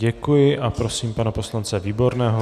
Děkuji a prosím pana poslance Výborného.